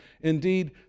Indeed